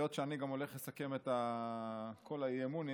היות שאני גם הולך לסכם את כל הצעות האי-אמון,